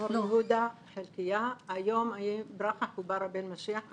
מור יהודה חלקיה, היום אני ברכה חוברה בן משיח.